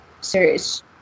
series